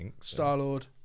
Star-Lord